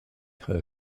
her